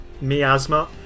miasma